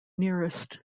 nearest